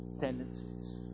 tendencies